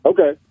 Okay